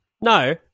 No